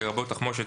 לרבות תחמושת,